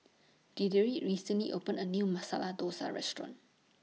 Deirdre recently opened A New Masala Dosa Restaurant